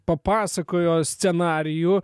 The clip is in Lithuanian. papasakojo scenarijų